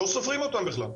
לא סופרים אותם בכלל.